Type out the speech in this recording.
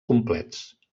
complets